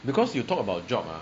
because you talk about job ah